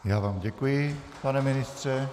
Já vám děkuji, pane ministře.